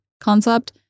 concept